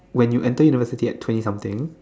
when you enter university at twenty something